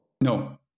no